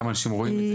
כמה אנשים רואים את זה?